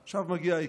עכשיו מגיע העיקר,